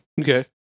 Okay